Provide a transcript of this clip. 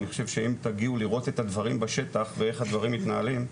אני חושב שאם תגיעו לראות את הדברים בשטח ואיך הדברים מתנהלים,